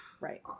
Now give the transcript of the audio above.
Right